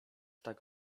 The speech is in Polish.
tak